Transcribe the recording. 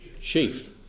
chief